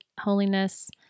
holiness